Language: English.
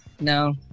no